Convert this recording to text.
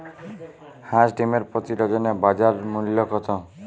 হাঁস ডিমের প্রতি ডজনে বাজার মূল্য কত?